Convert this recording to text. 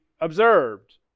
observed